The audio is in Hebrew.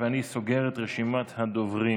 אני סוגר את רשימת הדוברים.